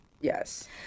Yes